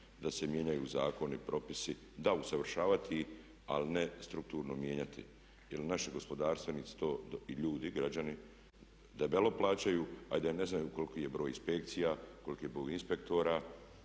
da se mijenjaju zakoni, propisi. Da, usavršavati ali ne strukturno mijenjati jer naši gospodarstvenici to i ljudi, građani debelo plaćaju a da i ne znaju koliki je broj inspekcija, koliki je broj inspektora.